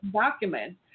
document